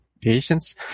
patients